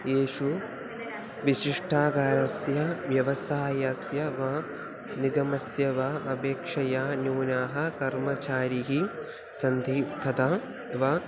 येषु विशिष्ठागारस्य व्यवसायस्य वा निगमस्य वा अपेक्षया न्यूनाः कर्मचारिणः सन्ति तता वा